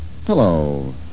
Hello